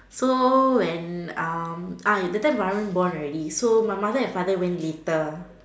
so when um ah that time Varum born already so my mother and father went later